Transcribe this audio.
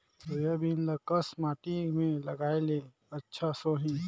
Soybean ल कस माटी मे लगाय ले अच्छा सोही?